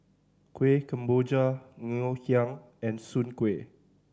Kueh Kemboja Ngoh Hiang and Soon Kueh